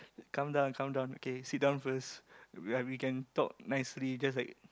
calm down calm down sit down first we can talk nicely just like